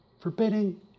forbidding